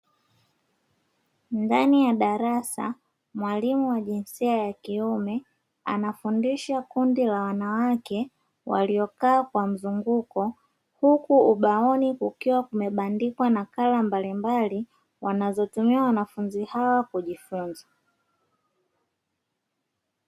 Ndani ya darasa mwalimu wa jinsia ya kiume, anafundisha kundi la wanawake, walio kaa kwa mzunguko huku ubaoni kukiwa kumebandikwa nakala mbalimbali, wanazo tumia wanafunzi hawa kujifunza.